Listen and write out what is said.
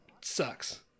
sucks